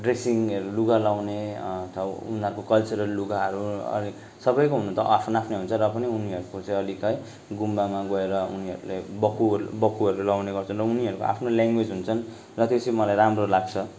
ड्रेसिङ्हरू लुगा लगाउने अथवा उनीहरूको कल्चरल लुगाहरू अनि सबैको हुनु त आफ्नो आफ्नै हुन्छ र पनि उनीहरूको चाहिँ अलिक है गुम्बामा गएर उनीहरूले बक्खुहरू बक्खुहरू लगाउने गर्छन् र उनीहरूको आफ्नो ल्याङ्गवेज हुन्छन् र त्यो चाहिँ मलाई राम्रो लाग्छ